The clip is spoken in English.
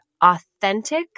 authentic